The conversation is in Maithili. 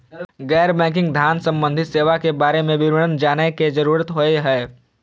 गैर बैंकिंग धान सम्बन्धी सेवा के बारे में विवरण जानय के जरुरत होय हय?